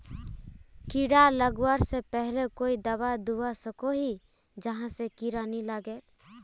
कीड़ा लगवा से पहले कोई दाबा दुबा सकोहो ही जहा से कीड़ा नी लागे?